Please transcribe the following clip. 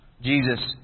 Jesus